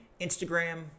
instagram